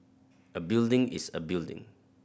a building is a building